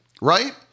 right